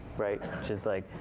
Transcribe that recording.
right? just like,